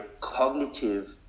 cognitive